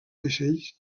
vaixells